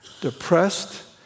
depressed